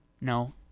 No